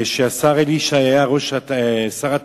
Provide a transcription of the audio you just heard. כאשר השר אלי ישי היה שר התמ"ת,